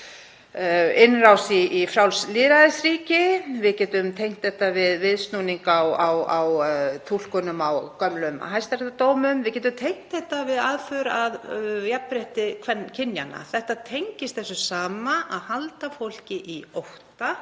innrás í frjáls lýðræðisríki. Við getum tengt þetta við viðsnúning á túlkunum á gömlum hæstaréttardómum. Við getum tengt þetta við aðför að jafnrétti kynjanna. Þetta tengist allt því sama, að halda fólki í ótta,